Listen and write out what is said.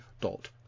dot